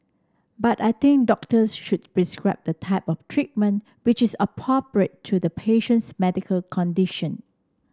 but I think doctors should prescribe the type of treatment which is appropriate to the patient's medical condition